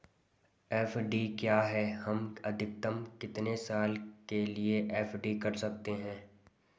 FD क्या है हम अधिकतम कितने साल के लिए एफ.डी कर सकते हैं?